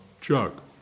Chuck